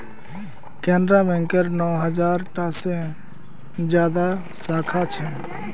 केनरा बैकेर नौ हज़ार टा से ज्यादा साखा छे